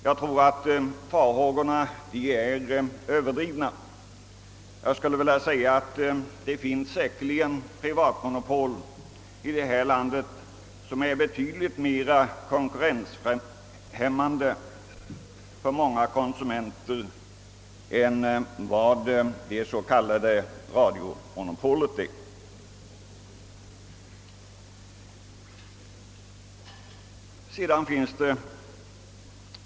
Jag tror att farhågorna är överdrivna. Det finns säkerligen privatmonopol i detta land som är betydligt mera konkurrenshämmande än det så kallade radiomonopolet är.